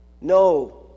No